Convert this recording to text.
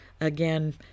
again